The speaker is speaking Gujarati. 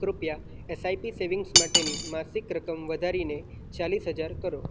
કૃપયા એસઆઈપી સેવિંગ્સ માટેની માસિક રકમ વધારીને ચાલીસ હજાર કરો